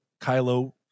kylo